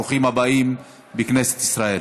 ברוכים הבאים לכנסת ישראל.